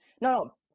no